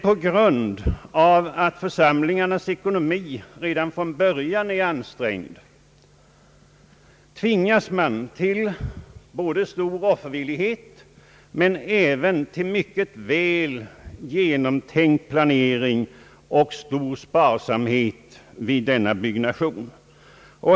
På grund av att församlingarnas ekonomi redan från början är ansträngd tvingas man till stor offervillighet, mycket väl genomtänkt planering och stor sparsamhet vid denna byggnation.